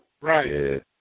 Right